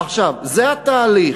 עכשיו, זה התהליך.